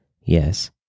Yes